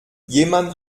jemand